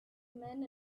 men